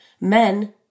men